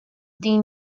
din